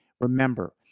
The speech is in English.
Remember